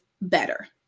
better